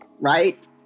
Right